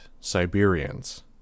Siberians